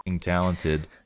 talented